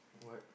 what